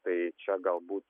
tai čia galbūt